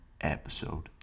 episode